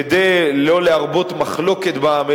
כדי לא להרבות מחלוקת בעם,